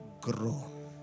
grown